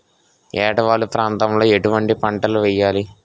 ఏటా వాలు ప్రాంతం లో ఎటువంటి పంటలు వేయాలి?